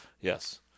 Yes